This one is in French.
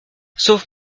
sauf